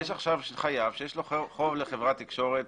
יש עכשיו חייב שיש לו חוב לחברת תקשורת,